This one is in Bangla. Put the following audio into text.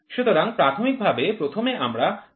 সুতরাং প্রথমে আমরা প্রাথমিক জিনিসটি দেখি